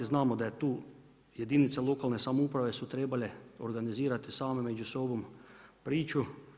Znamo da je tu jedinica lokalne samouprave su trebale organizirati same među sobom priču.